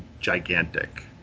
gigantic